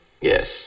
Yes